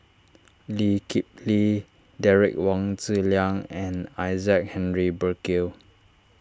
Lee Kip Lee Derek Wong Zi Liang and Isaac Henry Burkill